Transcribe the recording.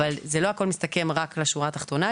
לא הכול מסתכם לשורה התחתונה,